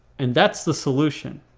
and that's the solution